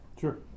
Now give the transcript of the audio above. Sure